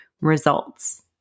results